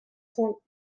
cent